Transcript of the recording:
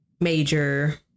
major